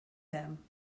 them